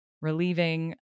relieving